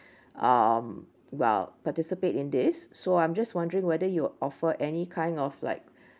um well participate in this so I'm just wondering whether you offer any kind of like